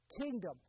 kingdom